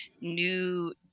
new